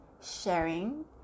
sharing